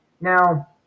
Now